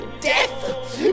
death